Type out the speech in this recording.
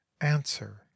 Answer